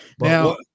Now